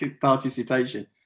participation